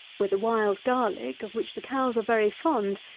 where the wild garlick, of which the cows are very fond,